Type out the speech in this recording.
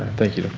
thank you,